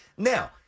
Now